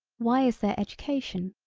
why is there education,